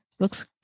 Looks